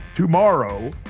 tomorrow